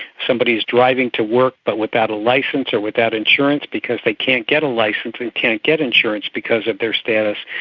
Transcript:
somebody is driving to work but without a licence or without insurance because they can't get a licence and can't get insurance because of their status,